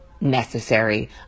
necessary